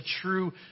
true